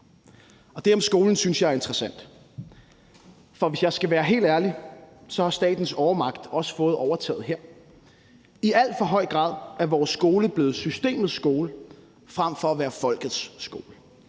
det om skolen synes jeg er interessant, for hvis jeg skal være helt ærlig, har statens overmagt også fået overtaget her. I alt for høj grad er vores skole blevet systemets skole frem for at være folkets skole